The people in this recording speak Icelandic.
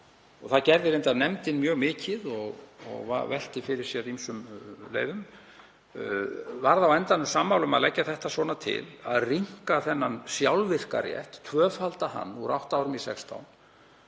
Það gerði nefndin reyndar mjög mikið og velti fyrir sér ýmsum leiðum en varð á endanum sammála um að leggja þetta svona til, að rýmka þennan sjálfvirka rétt, tvöfalda hann úr átta árum í 16 en